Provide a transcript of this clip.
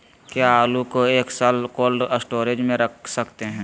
क्या आलू को एक साल कोल्ड स्टोरेज में रख सकते हैं?